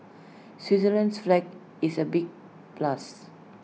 Switzerland's flag is A big plus